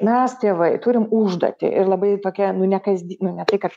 mes tėvai turim užduotį ir labai tokia nu ne kasd ne tai kad